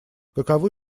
каковы